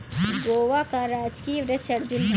गोवा का राजकीय वृक्ष अर्जुन है